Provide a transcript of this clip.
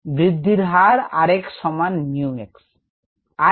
ব্রিধির হার r x সমান 𝜇 x